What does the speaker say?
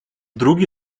drugi